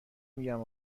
میگم